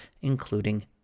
including